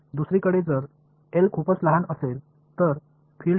மறுபுறம் L மிகவும் சிறியதாக இருந்தால் புலம் அதைச் சுற்றி வளைக்க வேண்டும்